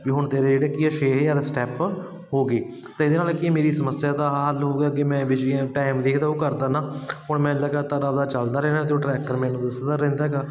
ਵੀ ਹੁਣ ਤੇਰੇ ਜਿਹੜੇ ਕੀ ਆ ਛੇ ਹਜ਼ਾਰ ਸਟੈਪ ਹੋ ਗਏ ਅਤੇ ਇਹਦੇ ਨਾਲ ਕੀ ਹੈ ਮੇਰੀ ਸਮੱਸਿਆ ਦਾ ਹੱਲ ਹੋ ਗਿਆ ਕਿ ਮੈਂ ਟਾਈਮ ਦੇਖਦਾ ਉਹ ਕਰ ਦਾ ਨਾ ਹੁਣ ਮੈਂ ਲਗਾਤਾਰ ਆਪਣਾ ਚੱਲਦਾ ਰਹਿੰਦਾ ਜੋ ਟਰੈਕਟਰ ਮੈਨੂੰ ਦਿਸਦਾ ਰਹਿੰਦਾ ਹੈਗਾ